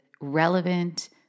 relevant